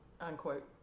unquote